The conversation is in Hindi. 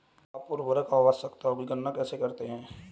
आप उर्वरक आवश्यकताओं की गणना कैसे करते हैं?